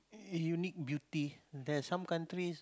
unique beauty there's some country